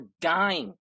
dying